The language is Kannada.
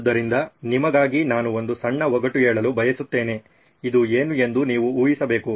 ಆದ್ದರಿಂದ ನಿಮಗಾಗಿ ನಾನು ಒಂದು ಸಣ್ಣ ಒಗಟು ಹೇಳಲು ಬಯಸುತ್ತೇನೆ ಇದು ಏನು ಎಂದು ನೀವು ಊಹಿಸಬೇಕು